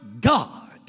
God